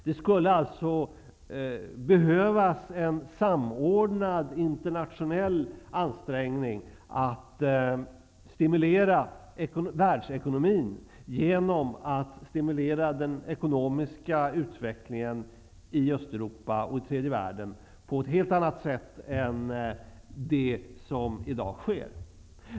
Det skulle alltså behövas en samordnad internationell ansträngning för att stimulera världsekonomin just genom att stimulera den ekonomiska utvecklingen i Östeuropa och i tredje världen på ett helt annat sätt än som i dag sker.